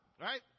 Right